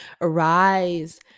Arise